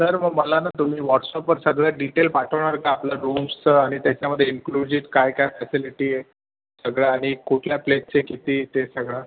sir मग मला ना तुम्ही वॉट्सअपवर सगळे डिटेल पाठवणार का आपलं रूम्सचं आणि त्याच्यामध्ये इन्क्लुझीट काय काय फॅसिलीटी आहेत सगळं आणि कुठल्या प्लेसचे किती ते सगळं